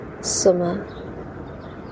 summer